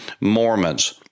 mormons